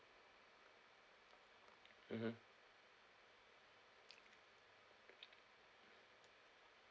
mmhmm